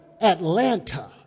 Atlanta